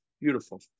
Beautiful